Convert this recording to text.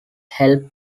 help